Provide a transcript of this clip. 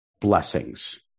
blessings